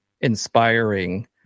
inspiring